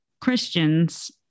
christians